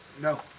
No